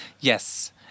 Yes